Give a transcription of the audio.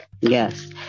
Yes